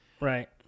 Right